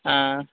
ہاں